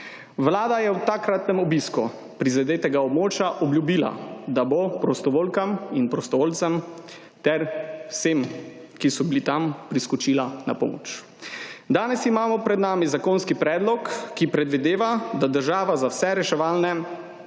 Vlada je ob takratnem obisku prizadetega območja obljubila, da bo prostovoljkam in prostovoljcem ter vsem, ki so bili tam, priskočila na pomoč. Danes imamo pred sabo zakonski predlog, ki predvideva, da država za vse reševalne